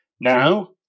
Now